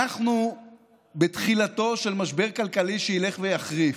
אנחנו בתחילתו של משבר כלכלי שילך ויחריף.